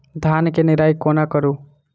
धान केँ निराई कोना करु?